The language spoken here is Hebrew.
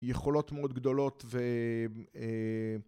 יכולות מאוד גדולות ו...